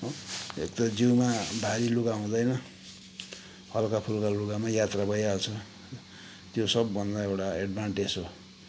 हो एक त जिउमा भारी लुगा हुँदैन हल्काफुल्का लुगामा यात्रा भइहाल्छ त्यो सबभन्दा एउटा एडभान्टेज हो